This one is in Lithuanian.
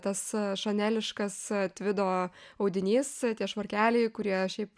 tas šaneliškas tvido audinys tie švarkeliai kurie šiaip